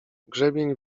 grzebień